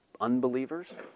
unbelievers